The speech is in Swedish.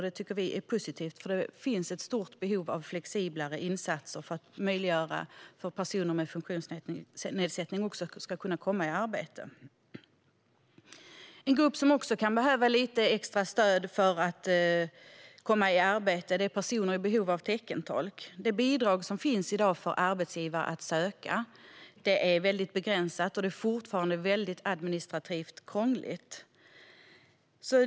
Det tycker vi är positivt, eftersom det finns ett stort behov av flexiblare insatser för att möjliggöra för personer med funktionsnedsättning att komma i arbete. En annan grupp som kan behöva lite extra stöd för att komma i arbete är personer i behov av teckentolk. Det bidrag som i dag finns för arbetsgivare att söka är väldigt begränsat, och det är fortfarande administrativt krångligt.